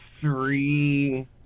three